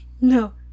no